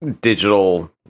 digital